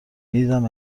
میدیدم